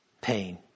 pain